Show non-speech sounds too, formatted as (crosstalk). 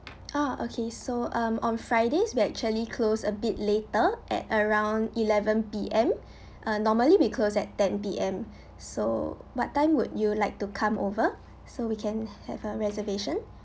ah okay so um on fridays we actually closed a bit later at around eleven P_M (breath) um normally we closed at ten P_M (breath) so what time would you like to come over so we can have a reservation